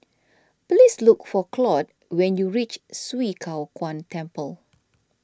please look for Claud when you reach Swee Kow Kuan Temple